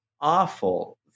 awful